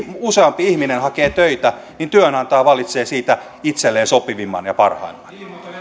useampi ihminen hakee töitä niin työnantaja valitsee siitä itselleen sopivimman ja parhaimman